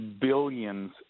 billions